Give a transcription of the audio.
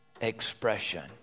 expression